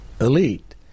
elite